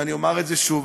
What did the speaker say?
ואני אומר את זה שוב,